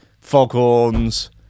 Foghorns